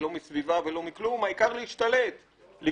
ולא מסביבה ולא מכלום העיקר להשתלט ולגרוף.